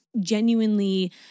genuinely